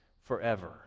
forever